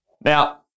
Now